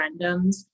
referendums